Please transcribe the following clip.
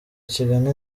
kigana